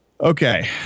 Okay